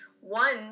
one